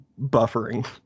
buffering